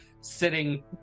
sitting